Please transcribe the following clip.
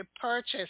purchase